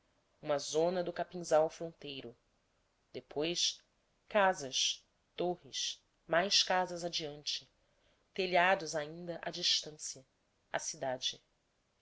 uma zona do capinzal fronteiro depois casas torres mais casas adiante telhados ainda a distancia a cidade